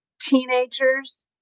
teenagers